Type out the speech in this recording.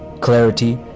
clarity